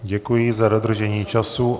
Děkuji za dodržení času.